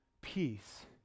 peace